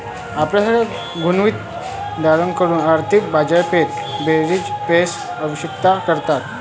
आपल्यासारख्या गुंतवणूक दारांकडून आर्थिक बाजारपेठा बरीच पैसे आकर्षित करतात